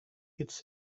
its